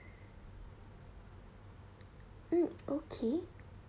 mm okay